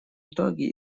итоге